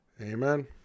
Amen